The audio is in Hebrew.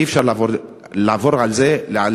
אי-אפשר לעבור על זה לסדר-היום,